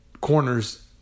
corners